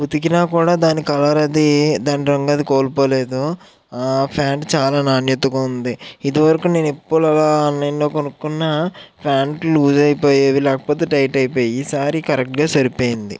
ఉతికిన కూడా దాని కలర్ అది దాని రంగు అది కోల్పోలేదు ప్యాంట్ చాలా నాణ్యతగా ఉంది ఇది వరకూ నేను ఎప్పుడు అలా ఆన్లైన్ లో కొనుక్కున్నా ప్యాంట్ లూసు అయిపోయేవి లేకపోతే టైట్ అయిపోయేవి ఈ సారి కరెక్ట్ గా సరిపోయింది